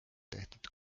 tehtud